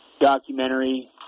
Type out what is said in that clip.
documentary